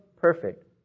perfect